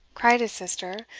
cried his sister,